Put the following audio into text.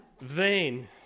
Vain